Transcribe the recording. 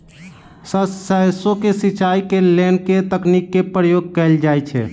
Sir सैरसो केँ सिचाई केँ लेल केँ तकनीक केँ प्रयोग कैल जाएँ छैय?